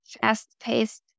fast-paced